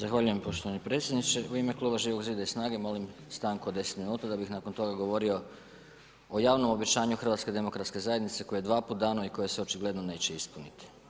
Zahvaljujem poštovani predsjedniče, u ime kluba Živog zida i SNAGA-e molim stanku od 10 minuta da bih nakon toga govorio o javnom obećanju HDZ-a koje je dva puta dano i koje se očigledno neće ispuniti.